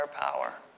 power